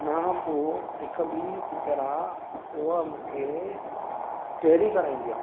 हुनखां पोइ हिकु ॿी टीचर आहे उहा मूंखे थ्येरी कराईंदी आहे